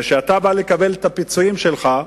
וכשאתה בא לקבל את הפיצויים שלך,